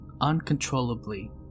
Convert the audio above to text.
uncontrollably